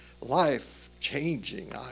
life-changing